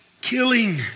killing